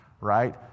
right